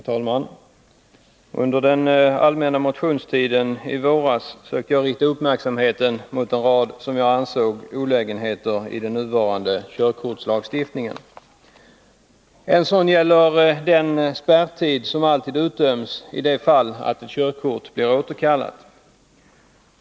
Herr talman! Under den allmänna motionstiden i våras sökte jag rikta uppmärksamheten mot en rad — som jag ansåg — olägenheter i den nuvarande körkortslagstiftningen. En sådan gäller den spärrtid som alltid utdöms i det fall då ett körkort blir återkallat.